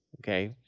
Okay